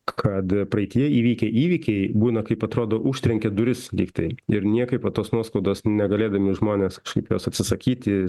kad praeityje įvykę įvykiai būna kaip atrodo užtrenkė duris lyg tai ir niekaip va tos nuoskaudos negalėdami žmonės kažkaip jos atsisakyti